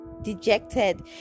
dejected